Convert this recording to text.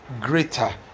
greater